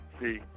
See